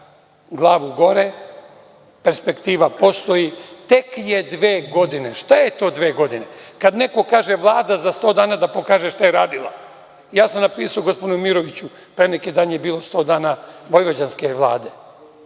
glavu gore, perspektiva postoji, tek je dve godine. Šta je dve godine? Kada neko kaže Vlada za 100 dana da pokaže šta je radila, ja sam napisao gospodinu Miroviću, pre neki dan je bilo 100 vojvođanske Vlade.